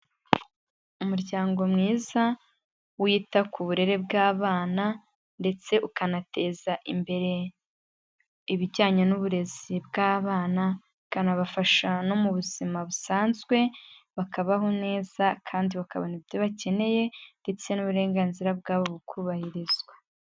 Umuryango mwiza wita ku burere bw'abana ndetse ukanateza imbere ibijyanye n'uburezi bw'abana, ukanabafasha no mu buzima busanzwe bakabaho neza kandi bakabona ibyo bakeneye ndetse n'uburenganzira bwabo bukuhirizwa.